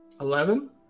Eleven